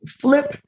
flip